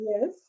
Yes